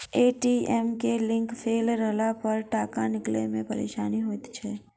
ATM के link fail रहलापर टाका निकालै मे परेशानी होइत छै